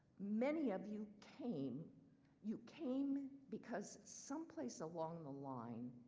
many of you came you came because some place along the line,